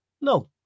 No